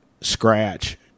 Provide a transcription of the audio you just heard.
scratch